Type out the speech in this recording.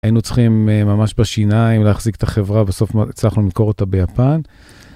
היינו צריכים ממש בשיניים להחזיק את החברה, בסוף הצלחנו למכור אותה ביפן.